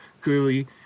clearly